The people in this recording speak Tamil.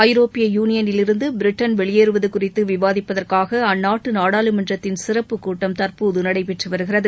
ஐரோப்பிய யூனியனிருந்து பிரிட்டன் வெளியேறுவது குறித்து விவாதிப்பதற்காக அம்நாட்டு நாடாளுமன்றத்தின் சிறப்புக் கூட்டம் தற்போது நடைபெற்று வருகிறது